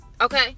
okay